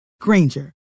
Granger